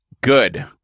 good